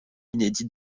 inédit